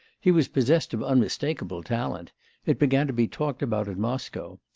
he was possessed of unmistakeable talent it began to be talked about in moscow.